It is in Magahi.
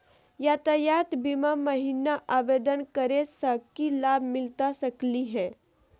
यातायात बीमा महिना आवेदन करै स की लाभ मिलता सकली हे?